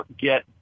get